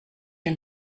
ein